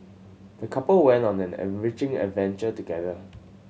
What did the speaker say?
the couple went on an enriching adventure together